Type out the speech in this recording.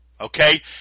Okay